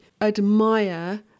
admire